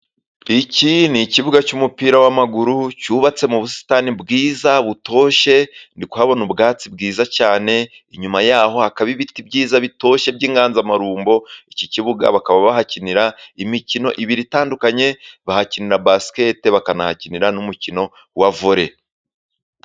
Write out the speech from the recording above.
Iki ni ikibuga cy'umupira w'amaguru cyubatse mu busitani bwiza butoshye, ndikuhabona ubwatsi bwiza cyane, inyuma yaho hakaba ibiti byiza bitoshye by'inganzamarumbo. Iki kibuga bakaba bahakinira imikino ibiri itandukanye: bahakinira basketi, bakanahakinira n'umukino wa vore.